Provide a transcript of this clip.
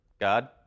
God